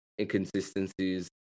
inconsistencies